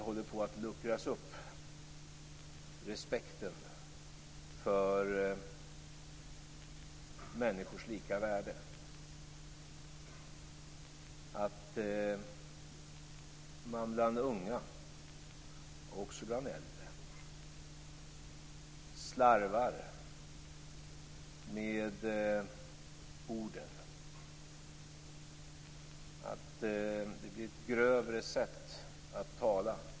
Det är att vi ser att respekten för människors lika värde håller på att luckras upp. Bland unga, och också bland äldre, slarvar man med orden. Det blir ett grövre sätt att tala.